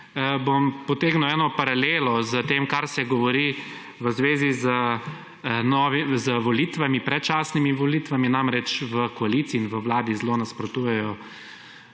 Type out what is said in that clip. bom potegnil eno paralelo s tem kar se govori v zvezi z volitvami, predčasnimi volitvami. Namreč v koaliciji in v Vladi zelo nasprotujejo